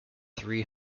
three